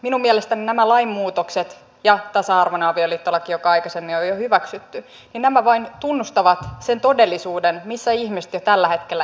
minun mielestäni nämä lainmuutokset ja tasa arvoinen avioliittolaki joka aikaisemmin on jo hyväksytty vain tunnustavat sen todellisuuden missä ihmiset jo tällä hetkellä elävät